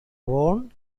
worn